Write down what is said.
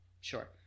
Sure